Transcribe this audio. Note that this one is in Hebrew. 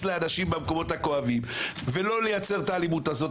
לאנשים במקומות הכואבים ולא לייצר את האלימות הזאת,